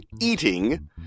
eating